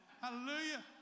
Hallelujah